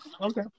Okay